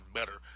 better